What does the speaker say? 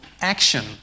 action